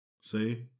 See